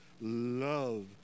love